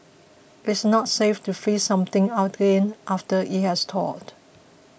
it is not safe to freeze something again after it has thawed